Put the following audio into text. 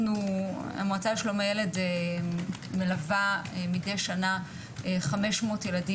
המועצה לשלום הילד מלווה מדי שנה 500 ילדים